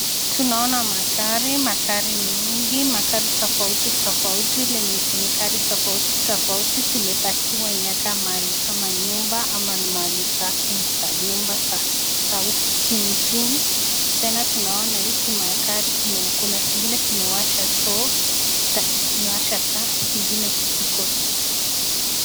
Tunaona magari, magari mingi magari tofauti tofauti zenye gari tofauti tofauti zimepakiwa inakaa mahali kama nyumba ama ni pahali pake za nyumba za huku jini jini tena tunaona hizi magari kuna zingine zimewasha taa zingine tu ziko.